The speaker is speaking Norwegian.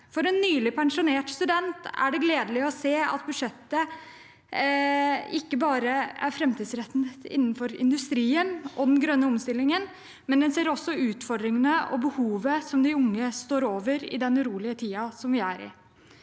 For en nylig pensjonert student er det gledelig å se at budsjettet ikke bare er framtidsrettet innenfor industrien og den grønne omstillingen, men det ser også utfordringene og behovet som de unge står overfor i den urolige tiden vi er i.